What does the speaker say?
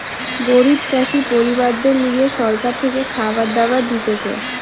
গরিব চাষি পরিবারদের লিগে সরকার থেকে খাবার দাবার দিতেছে